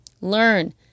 Learn